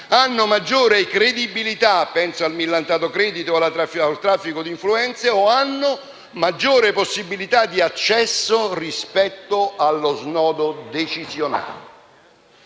hanno maggiore credibilità - penso in particolare al millantato credito o al traffico di influenze - o maggiore possibilità di accesso rispetto allo snodo decisionale?